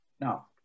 Now